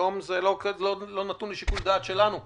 היום זה לא נתון לשיקול דעת שלנו כאן.